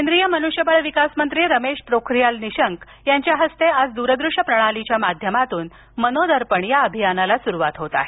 केंद्रीय मनुष्यबळ विकास मंत्री रमेश पोखरीयाल निशंक यांच्या हस्ते आज दूरदृश्य प्रणालीच्या माध्यमातून मनोदर्पण या अभियानास सुरुवात होत आहे